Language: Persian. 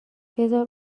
بزار